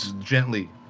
gently